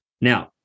Now